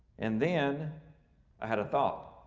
and then i had a thought,